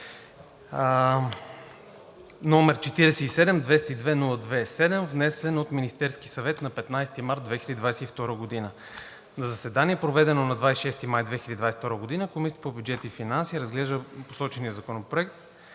№ 47-202-02-7, внесен от Министерския съвет на 15 март 2022 г. На заседание, проведено на 26 май 2022 г., Комисията по бюджет и финанси разгледа посочения законопроект.